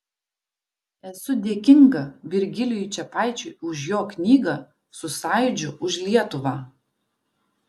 esu dėkinga virgilijui čepaičiui už jo knygą su sąjūdžiu už lietuvą